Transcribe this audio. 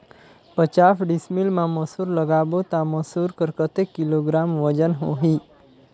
पचास डिसमिल मा मसुर लगाबो ता मसुर कर कतेक किलोग्राम वजन होही?